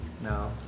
no